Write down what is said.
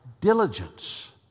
diligence